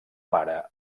mare